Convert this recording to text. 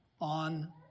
on